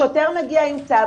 שוטר מגיע עם צו,